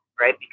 right